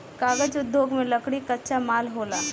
कागज़ उद्योग में लकड़ी कच्चा माल होला